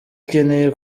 ikeneye